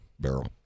barrel